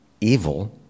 evil